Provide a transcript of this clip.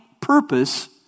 purpose